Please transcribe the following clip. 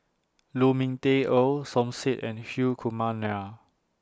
Lu Ming Teh Earl Som Said and Hri Kumar Nair